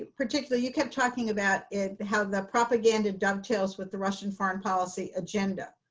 particularly, you kept talking about how propaganda dovetails with the russian foreign policy agenda.